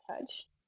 touch